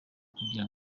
kugira